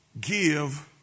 give